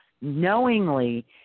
knowingly